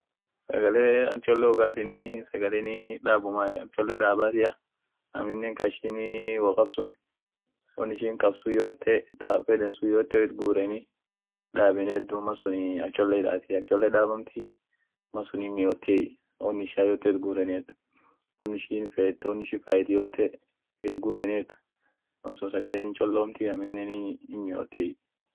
sagale dabati golla eshia sun taanin fed tabadakasit akan dakach faguren dakachan ibid kaeni sagale sun dabeni sun akan feda dum akama feda tadakacha sun badakasit fon fadabeni sun akan fedai, achi sun saana chinaafat akan fedai